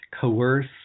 coerce